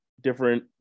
different